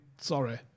sorry